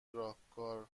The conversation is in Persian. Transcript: راهکار